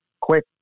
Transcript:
quick